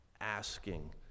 asking